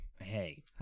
Hey